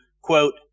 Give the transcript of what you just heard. quote